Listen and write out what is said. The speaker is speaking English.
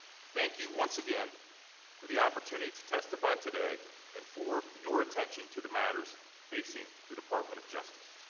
thank you once again for the opportunity to testify today and for your attention to the matters facing the department of justice.